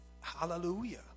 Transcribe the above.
Hallelujah